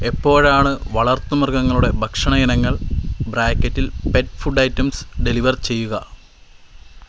എപ്പോഴാണ് വളർത്തുമൃഗങ്ങളുടെ ഭക്ഷണ ഇനങ്ങൾ ബ്രായ്ക്കറ്റിൽ പെറ്റ് ഫുഡ് ഐറ്റെംസ് ഡെലിവർ ചെയ്യുക